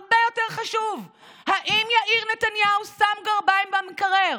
הרבה יותר חשוב, האם יאיר נתניהו שם גרביים במקרר?